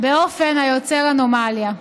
באופן היוצר אנומליה.